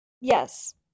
Yes